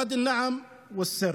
ואדי א-נעם וא-סיר.